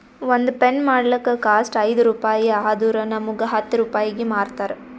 ಒಂದ್ ಪೆನ್ ಮಾಡ್ಲಕ್ ಕಾಸ್ಟ್ ಐಯ್ದ ರುಪಾಯಿ ಆದುರ್ ನಮುಗ್ ಹತ್ತ್ ರೂಪಾಯಿಗಿ ಮಾರ್ತಾರ್